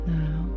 now